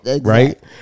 right